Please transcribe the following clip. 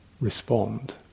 respond